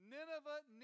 Nineveh